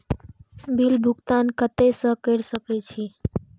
Bill भुगतान केते से कर सके छी?